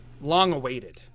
long-awaited